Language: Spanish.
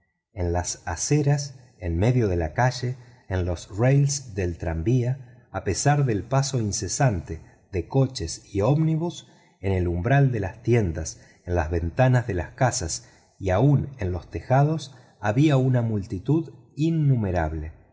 en las aceras en medio de la calle en las vías del tranvía a pesar del paso incesante de coches y ómnibus en el umbral de las tiendas en las ventanas de las casas y aun en los tejados había una multitud innumerable